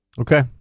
Okay